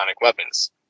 weapons